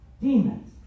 demons